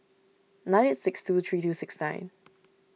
nine eight six two three two six nine